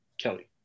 Kelly